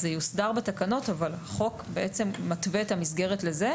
זה יוסדר בתקנות, אבל החוק מתווה את המסגרת לכך.